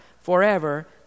forever